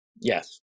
Yes